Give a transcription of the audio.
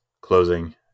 closing